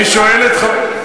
אני שואל את חבר,